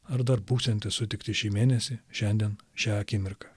ar dar būsiantys sutikti šį mėnesį šiandien šią akimirką